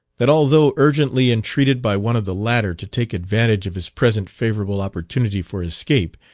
that although urgently entreated by one of the latter to take advantage of his present favourable opportunity for escape,